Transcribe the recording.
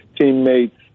teammates